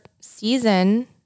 season